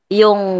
yung